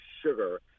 sugar